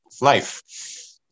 life